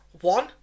One